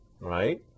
right